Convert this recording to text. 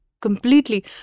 completely